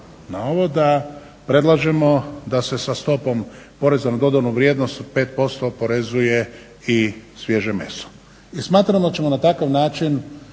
na ovo da predlažemo da se sa stopom poreza na dodanu vrijednost od 5% oporezuje i svježe meso. I smatramo da ćemo na takav način